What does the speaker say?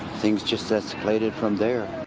things just escalated from there.